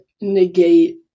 negate